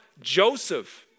Joseph